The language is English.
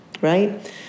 right